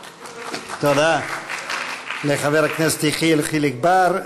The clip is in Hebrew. (מחיאות כפיים) תודה לחבר הכנסת יחיאל חיליק בר.